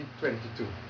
2022